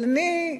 אבל אני,